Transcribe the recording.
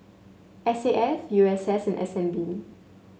S A F U S S and S N B